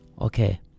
Okay